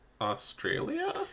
Australia